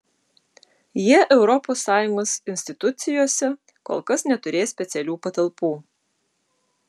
jie europos sąjungos institucijose kol kas neturės specialių patalpų